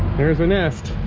there's a nest.